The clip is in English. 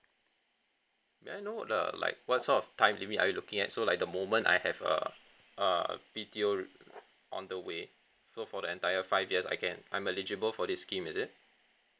may I know the like what sort of time limit are you looking at so like the moment I have a uh B_T_O on the way so for the entire five years I can I'm eligible for this scheme is it